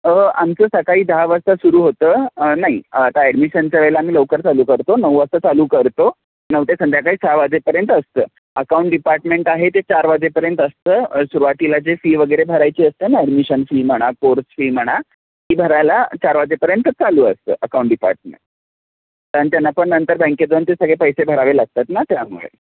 आमचं सकाळी दहा वाजता सुरू होतं नाही आता ॲडमिशनच्या वेळेला आम्ही लवकर चालू करतो नऊ वाजता चालू करतो नऊ ते संध्याकाळी सहा वाजेपर्यंत असतं अकाऊंट डिपार्टमेंट आहे ते चार वाजेपर्यंत असतं सुरुवातीला जे फी वगैरे भरायची असते ना ॲडमिशन बस फॅसिलिटीज फी म्हणा कोर्स फी म्हणा ती भरायला चार वाजेपर्यंत चालू असतं अकाऊंट डिपार्टमेंट कारण त्यांना पण नंतर बँकेत जाऊन ते सगळे पैसे भरावे लागतात ना त्यामुळे